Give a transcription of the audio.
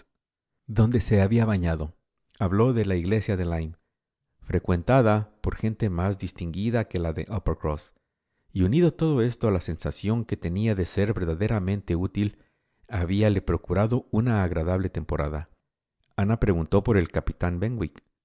donde se había bañado habló de la iglesia de lyme frecuentada por gente más distinguida que la de uppercross y unido todo esto a la sensación que tenía de ser verdaderamente útil habíale procurado una agradable temporada ana preguntó por el